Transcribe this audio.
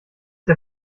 der